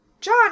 John